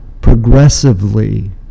progressively